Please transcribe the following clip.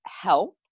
help